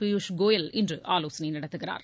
பியூஷ் கோயல் இன்று ஆலோசனை நடத்துகிறார்